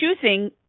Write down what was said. choosing